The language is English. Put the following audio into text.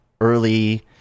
early